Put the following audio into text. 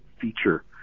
feature